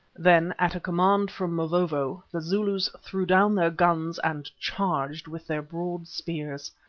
then, at a command from mavovo, the zulus threw down their guns and charged with their broad spears.